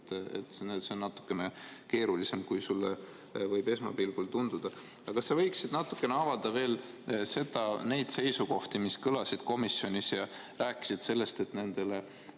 See on natuke keerulisem, kui sulle võib esmapilgul tunduda. Kas sa võiksid natukene avada veel neid seisukohti, mis kõlasid komisjonis? Sa rääkisid sellest, et nendele